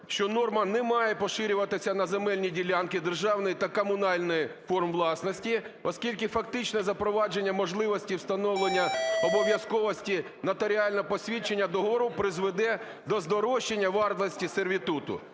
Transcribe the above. що норма не має поширюватись на земельні ділянки державної та комунальної форм власності, оскільки фактичне запровадження можливості встановлення обов'язковості нотаріального посвідчення договору призведе до здорожчання вартості сервітуту.